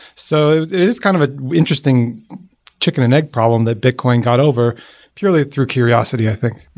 so it is kind of an interesting chicken and egg problem that bitcoin got over purely through curiosity, i think.